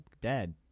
dead